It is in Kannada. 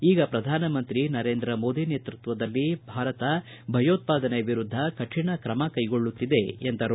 ಈಗ ಪ್ರಧಾನಮಂತ್ರಿ ನರೇಂದ್ರ ಮೋದಿ ನೇತೃತ್ವದಲ್ಲಿ ಭಾರತ ಭಯೋತ್ಪಾದನೆ ವಿರುದ್ದ ಕತಿಣ ತ್ರಮ ಕೈಗೊಳ್ಳುತ್ತಿದೆ ಎಂದರು